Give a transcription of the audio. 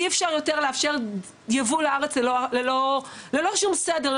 אי אפשר לאפשר יותר ייבוא לארץ ללא שום סדר,